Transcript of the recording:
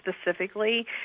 specifically